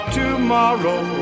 tomorrow